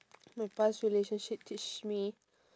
my past relationship teach me